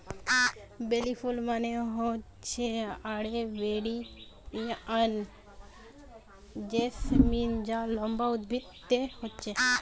বেলি ফুল মানে হচ্ছে আরেবিয়ান জেসমিন যা লম্বা উদ্ভিদে হচ্ছে